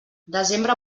desembre